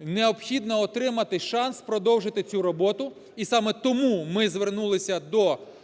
необхідно отримати шанс продовжити цю роботу і саме тому ми звернулися до Голови